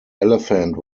elephant